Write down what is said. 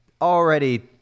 already